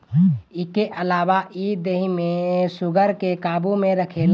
इके अलावा इ देहि में शुगर के काबू में रखेला